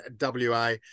WA